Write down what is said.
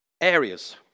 areas